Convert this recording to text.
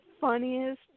funniest